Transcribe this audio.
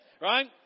Right